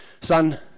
son